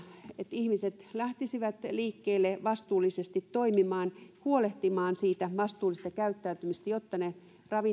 ihmiset lähtisivät liikkeelle vastuullisesti toimimaan huolehtimaan siitä vastuullisesta käyttäytymisestä jotta ne